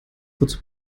wozu